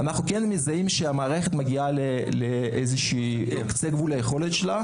אנחנו כן מזהים שהמערכת מגיעה לאיזה קצה גבול היכולת שלה.